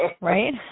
Right